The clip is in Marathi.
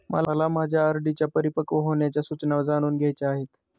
मला माझ्या आर.डी च्या परिपक्व होण्याच्या सूचना जाणून घ्यायच्या आहेत